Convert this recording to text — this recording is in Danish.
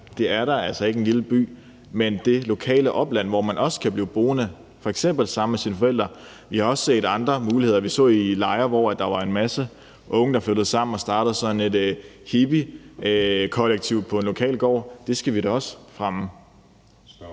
er da altså ikke en lille by, men der er også det lokale opland, hvor man kan blive boende, f.eks. sammen med sine forældre. Vi har også set andre muligheder. Vi så i Lejre, at der var en masse unge, der flyttede sammen og startede sådan et hippiekollektiv på en lokal gård. Det skal vi da også fremme.